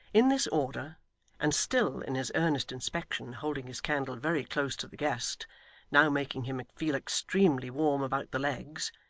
in this order and still, in his earnest inspection, holding his candle very close to the guest now making him feel extremely warm about the legs,